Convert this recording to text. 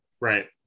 Right